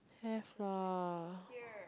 have lah